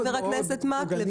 חבר הכנסת מקלב.